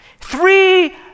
Three